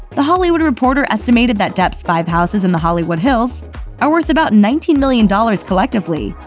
the hollywood reporter estimated that depp's five houses in the hollywood hills are worth about nineteen million dollars collectively,